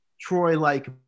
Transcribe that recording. troy-like